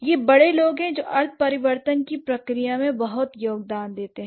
यह बड़े लोग हैं जो अर्थ परिवर्तन की प्रक्रिया में बहुत योगदान देते हैं